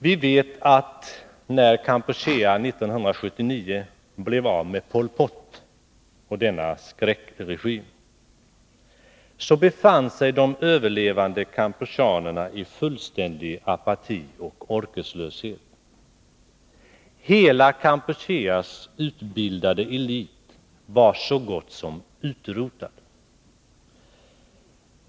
Vi vet att när Kampuchea 1979 blev av med Pol Pot och hans skräckregim befann sig de överlevande kampucheanerna i fullständig apati och orkeslöshet. Kampucheas hela utbildade elit var så gott som utrotad.